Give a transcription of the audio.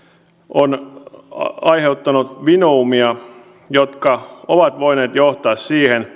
on on aiheuttanut vinoumia jotka ovat voineet johtaa siihen